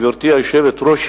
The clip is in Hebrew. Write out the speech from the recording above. גברתי היושבת-ראש,